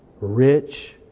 rich